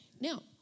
now